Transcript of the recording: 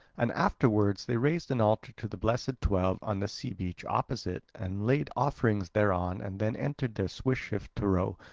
and afterwards they raised an altar to the blessed twelve on the sea-beach opposite and laid offerings thereon and then entered their swift ship to row,